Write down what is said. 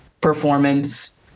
performance